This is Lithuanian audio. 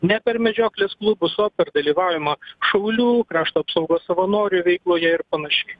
ne per medžioklės klubus o per dalyvavimą šaulių krašto apsaugos savanorių veikloje ir panašiai